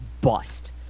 bust